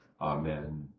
Amen